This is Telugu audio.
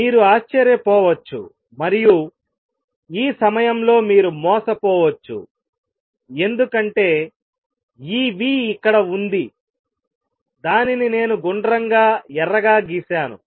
మీరు ఆశ్చర్యపోవచ్చు మరియు ఈ సమయంలో మీరు మోసపోవచ్చు ఎందుకంటే ఈ v ఇక్కడ ఉంది దానిని నేను గుండ్రంగా ఎర్రగా గీశాను